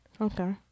Okay